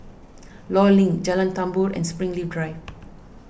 Law Link Jalan Tambur and Springleaf Drive